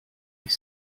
ich